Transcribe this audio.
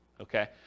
Okay